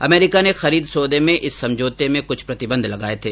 अमरीका ने खरीद समझौते में इस बारे में कुछ प्रतिबंध लगाये थे